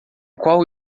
qual